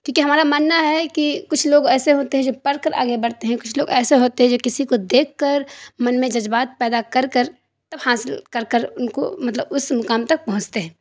کیوںکہ ہمارا ماننا ہے کہ کچھ لوگ ایسے ہوتے ہیں جو پڑھ کر آگے بڑھتے ہیں کچھ لوگ ایسے ہوتے ہیں جو کسی کو دیکھ کر من میں جذبات پیدا کر کر تو حاصل کر کر ان کو مطلب اس مقام تک پہنچتے ہیں